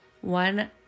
one